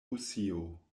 rusio